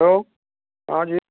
hello Haji